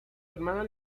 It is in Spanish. hermano